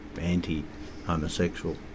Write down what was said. anti-homosexual